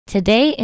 Today